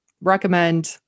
recommend